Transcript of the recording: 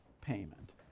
payment